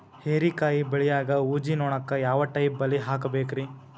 ಹೇರಿಕಾಯಿ ಬೆಳಿಯಾಗ ಊಜಿ ನೋಣಕ್ಕ ಯಾವ ಟೈಪ್ ಬಲಿ ಹಾಕಬೇಕ್ರಿ?